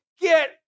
Get